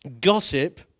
Gossip